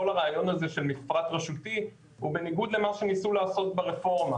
כל הרעיון הזה של מפרט רשותי הוא בניגוד למה שניסו לעשות ברפורמה.